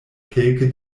kelke